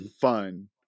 fun